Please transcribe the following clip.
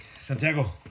santiago